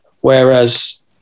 whereas